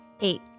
Eight